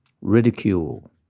ridicule